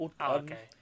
Okay